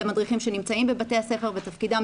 אלה מדריכים שנמצאים בבתי הספר ותפקידם